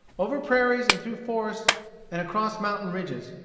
over prairies and through forests and across mountain-ridges,